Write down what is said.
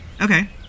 Okay